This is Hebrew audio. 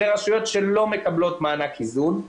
אלו רשויות שלא מקבלות מענק איזון,